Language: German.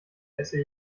esse